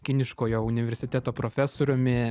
kiniškojo universiteto profesoriumi